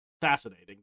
fascinating